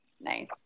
Nice